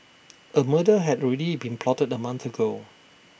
A murder had already been plotted A month ago